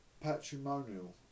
patrimonial